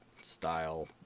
style